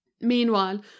meanwhile